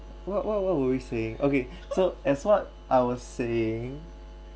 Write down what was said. what what what will you say okay so as what I was saying